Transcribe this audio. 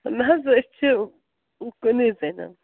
نہَ حظ أسۍ چھِ کُنی زٔنۍیَن